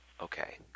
Okay